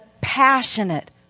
passionate